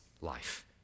life